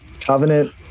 Covenant